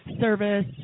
service